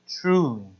Truly